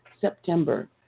September